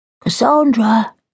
Cassandra